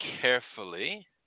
carefully